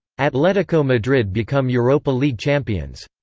atletico madrid become europa league champions.